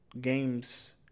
games